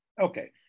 Okay